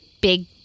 big